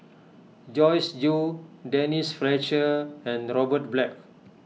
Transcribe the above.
Joyce Jue Denise Fletcher and Robert Black